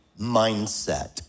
mindset